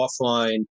offline